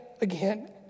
again